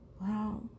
wow